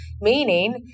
meaning